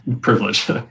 privilege